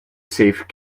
safe